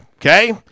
Okay